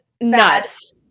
nuts